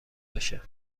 بشه